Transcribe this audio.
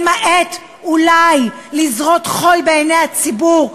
למעט אולי לזרות חול בעיני הציבור,